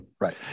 Right